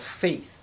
faith